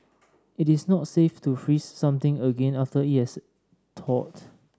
it is not safe to freeze something again after it has thawed